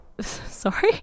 Sorry